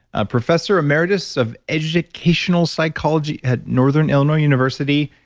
a professor emeritus of educational psychology at northern illinois university,